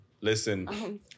Listen